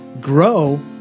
grow